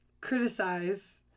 criticize